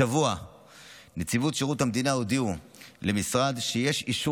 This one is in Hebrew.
השבוע מנציבות שירות המדינה הודיעו למשרד שיש אישור